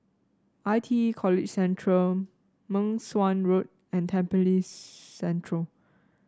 I T E College Central Meng Suan Road and Tampines Central